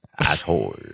asshole